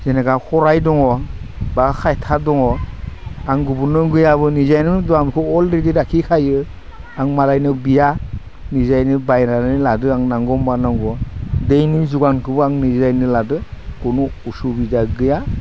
जेनेका खराइ दङ बा खायथा दङ आं गुबुननो गैयाब्लाबो निजायनो होदो आंखो अलरिडि लाखिखायो आं मालायनियाव बिया निजायनो बायनानैनो लादो आं नांगौ होनब्ला नांगौ दैनि जुगानखोबो आं निजैनो लादो कुनु असुबिदा गैया